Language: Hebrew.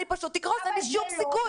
אני פשוט אקרוס, אין לי שום סיכוי.